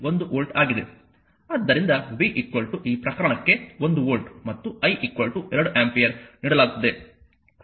ಆದ್ದರಿಂದ v ಈ ಪ್ರಕರಣಕ್ಕೆ 1 ವೋಲ್ಟ್ ಮತ್ತು I 2 ಆಂಪಿಯರ್ ನೀಡಲಾಗುತ್ತದೆ